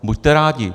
Buďte rádi.